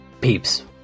peeps